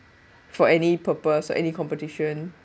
for any purpose or any competition